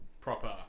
Proper